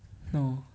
oh